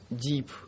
deep